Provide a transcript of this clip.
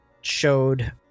showed